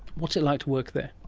what's it like to work there?